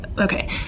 Okay